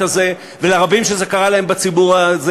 ולרבים בציבור שזה קרה להם,